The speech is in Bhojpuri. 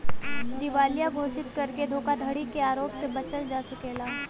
दिवालिया घोषित करके धोखाधड़ी के आरोप से बचल जा सकला